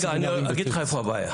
אני אגיד לך איפה הבעיה.